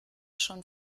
schon